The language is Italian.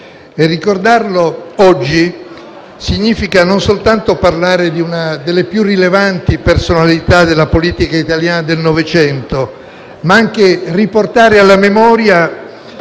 Ricordarlo oggi significa non soltanto parlare di una delle più rilevanti personalità della politica italiana del Novecento, ma anche riportare alla memoria